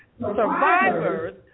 survivors